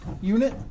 unit